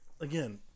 again